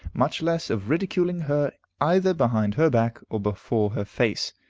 much less of ridiculing her either behind her back or before her face.